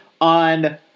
on